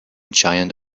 giant